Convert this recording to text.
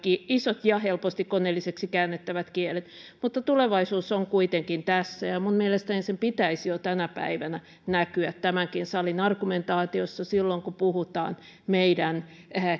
isot ja helposti koneelliseksi käännettävät kielet mutta tulevaisuus on kuitenkin tässä mielestäni sen pitäisi jo tänä päivänä näkyä tämänkin salin argumentaatiossa silloin kun puhutaan meidän